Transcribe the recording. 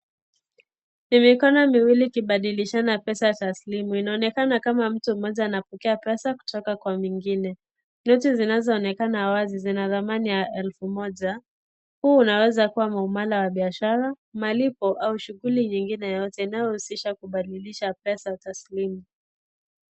Ni mikono miwili ikibadilishana pesa taslimu , inaonekana kama mtu mmoja anapokea pesa kutoka kwa mwingine . Noti zinazoonekana wazi zina dhamani ya elfu moja , huu unaeza kuwa maumala wa biashara, malipo au shughuli nyingine yoyote inayohusisha kubadilisha pesa taslimu.